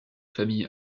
famille